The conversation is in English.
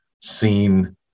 seen